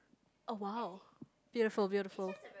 oh !wah! beautiful beautiful